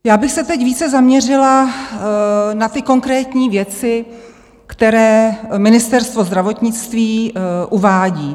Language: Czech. Já bych se teď více zaměřila na konkrétní věci, které Ministerstvo zdravotnictví uvádí.